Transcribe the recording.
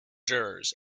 jurors